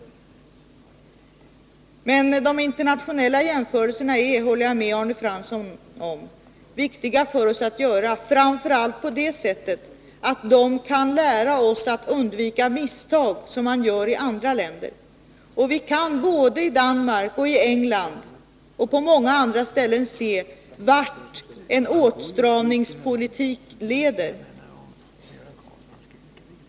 Men de internationella jämförelserna är — det håller jag med Arne Fransson om - viktiga för oss att göra, framför allt på det sättet att de kan lära oss att undvika misstag som görs i andra länder. Vi kan se, både i Danmark och i England och på många andra ställen, vart åtstramningspolitik leder.